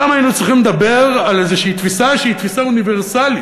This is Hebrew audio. שם היינו צריכים לדבר על איזושהי תפיסה שהיא תפיסה אוניברסלית,